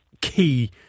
key